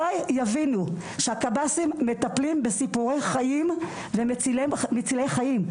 מתי יבינו שהקב"סים מטפלים בסיפורי חיים ומצילי חיים.